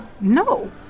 No